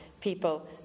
people